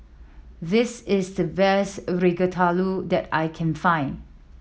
this is the best Ratatouille that I can find